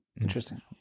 Interesting